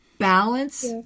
Balance